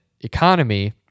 economy